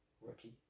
rookie